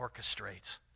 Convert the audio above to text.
orchestrates